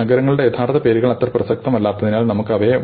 നഗരങ്ങളുടെ യഥാർത്ഥ പേരുകൾ അത്ര പ്രസക്തമല്ലാത്തതിനാൽ നമുക്ക് അവയെ